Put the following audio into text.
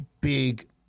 big